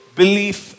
belief